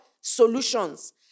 solutions